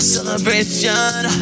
Celebration